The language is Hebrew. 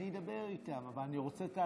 על עלייה דרמטית ביוקר המחיה בחודשים